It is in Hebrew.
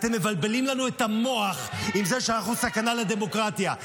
אתם מבלבלים לנו את המוח עם זה שאנחנו סכנה לדמוקרטיה.